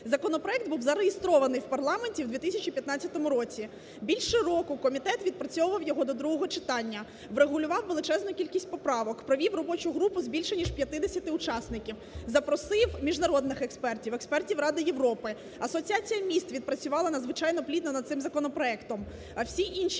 Законопроект був зареєстрований в парламенті в 2015 році, більше року комітет відпрацьовував його до другого читання, врегулював величезну кількість поправок, провів робочу групу з більше ніж 50-ти учасників, запросив міжнародних експертів, експертів Ради Європи, Асоціація міст відпрацювала надзвичайно плідно над цим законопроектом, а всі інші